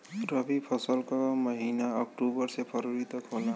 रवी फसल क महिना अक्टूबर से फरवरी तक होला